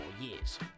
years